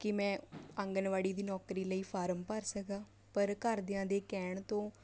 ਕਿ ਮੈਂ ਆਂਗਨਵਾੜੀ ਦੀ ਨੌਕਰੀ ਲਈ ਫਾਰਮ ਭਰ ਸਕਾ ਪਰ ਘਰਦਿਆਂ ਦੇ ਕਹਿਣ ਤੋਂ